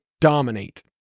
dominate